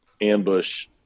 ambush